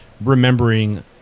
remembering